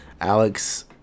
Alex